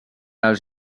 als